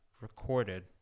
recorded